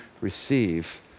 receive